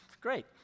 great